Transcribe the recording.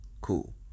cool